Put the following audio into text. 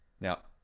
Now